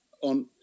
on